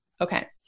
Okay